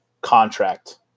Contract